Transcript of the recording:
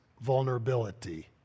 Vulnerability